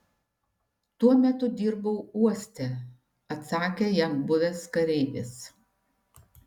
tuo metu dirbau uoste atsakė jam buvęs kareivis